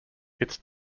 its